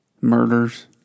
murders